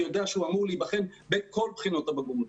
הוא יודע שהוא אומר להיבחן בכל בחינות הבגרות,